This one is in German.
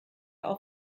auf